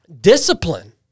discipline